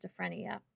schizophrenia